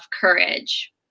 courage